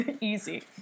easy